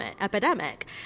epidemic